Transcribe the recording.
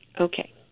Okay